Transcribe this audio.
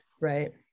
right